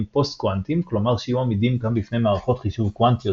פוסט קוונטיים כלומר שיהיו עמידים גם בפני מערכות חישוב קוונטיות,